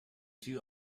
two